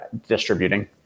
distributing